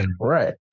Right